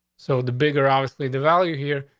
so the bigger obviously the value here,